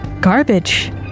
garbage